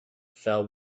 fell